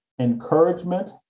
encouragement